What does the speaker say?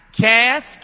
Cast